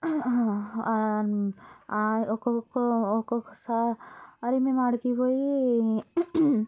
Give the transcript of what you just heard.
ఒక్కొక్క ఒక్కొక్కసారి నేను అక్కడికి పోయి